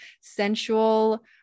sensual